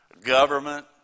government